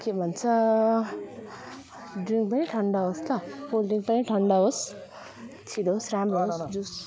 के भन्छ ड्रिङ्क पनि ठन्डा होस् ल कोल्ड ड्रिङ्क पनि ठन्डा होस् छिटो होस् राम्रो होस् जुस